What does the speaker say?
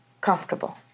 comfortable